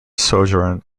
sojourn